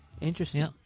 Interesting